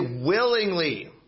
willingly